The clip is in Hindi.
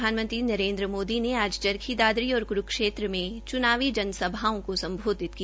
प्रधानमंत्री नरेन्द्र मोदी ने आज चरखी दादरी और कुरूक्षेत्र में चुनावी जनसभाओं को सम्बोधित किया